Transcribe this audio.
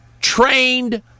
trained